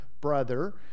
brother